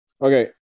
okay